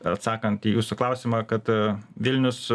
atsakant į jūsų klausimą kad vilnius